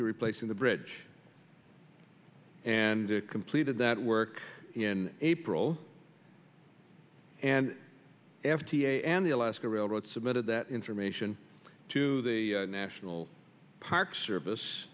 to replacing the bridge and completed that work in april and f d a and the alaska railroad submitted that information to the national park service